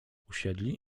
usiedli